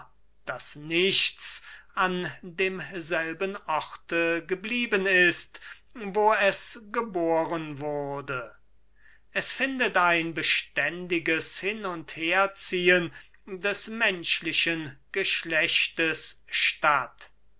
daß nichts an demselben orte geblieben ist wo es geboren wurde es findet ein beständiges hin und herziehen des menschlichen geschlechtes statt